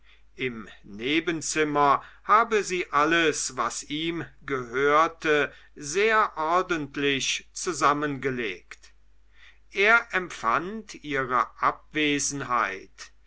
im nebenzimmer habe sie alles was ihm gehöre sehr ordentlich zusammengelegt er empfand ihre abwesenheit